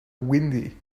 windy